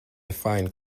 find